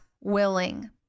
willing